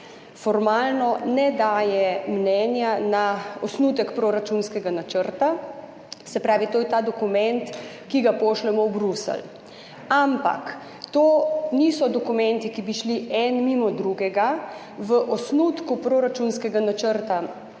Formalno ne daje mnenja o osnutku proračunskega načrta, se pravi, to je ta dokument, ki ga pošljemo v Bruselj, ampak to niso dokumenti, ki bi šli en mimo drugega v osnutku proračunskega načrta,